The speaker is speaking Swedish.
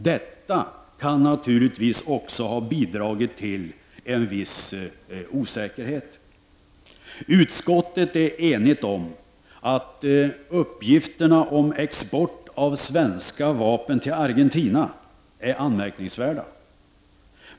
Detta kan naturligtvis också ha bidragit till viss osäkerhet. Utskottet är enigt om att uppgifterna om export av svenska vapen till Argentina är anmärkningsvärda.